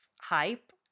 hype